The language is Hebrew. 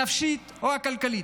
הנפשית או הכלכלית,